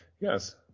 Yes